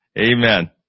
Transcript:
amen